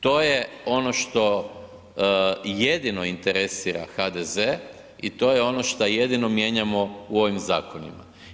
To je ono što jedino interesira HDZ i to je ono šta jedino mijenjamo u ovim zakonima.